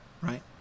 right